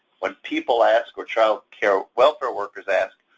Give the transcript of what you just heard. when people ask, or childcare welfare workers ask,